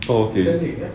okay